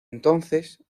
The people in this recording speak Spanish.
entonces